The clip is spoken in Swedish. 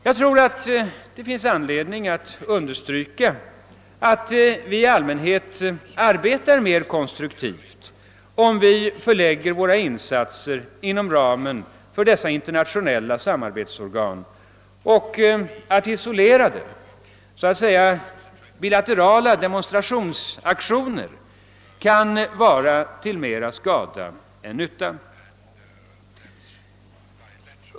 Jag tror det finns anledning att understryka att vi i allmänhet arbetar mera konstruktivt om vi förlägger våra insatser inom ramen för dessa interna tionella samarbetsorgan och att isolerade så att säga bilaterala demonstrationsaktioner kan vara till mera skada än nytta.